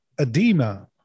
edema